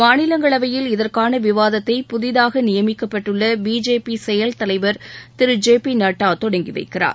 மாநிலங்களவையில் இதற்கான விவாதத்தை புதிதாக நியமிக்கப்பட்டுள்ள பிஜேபி செயல் தலைவர் திரு ஜெ பி நட்டா தொடங்கி வைக்கிறார்